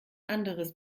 anderes